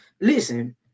listen